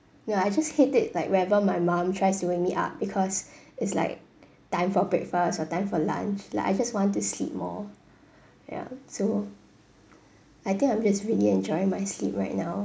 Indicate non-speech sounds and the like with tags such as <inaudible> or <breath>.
ya I just hate it like whenever my mum tries to wake me up because <breath> it's like time for breakfast or time for lunch like I just want to sleep more <breath> ya so I think I'm just really enjoying my sleep right now